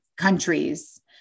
countries